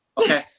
Okay